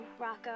Rocco